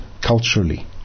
culturally